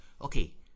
Okay